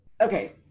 okay